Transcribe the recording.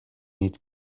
need